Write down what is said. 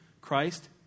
Christ